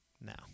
now